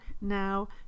now